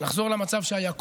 לחזור למצב שהיה קודם.